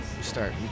start